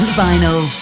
vinyl